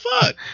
fuck